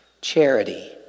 Charity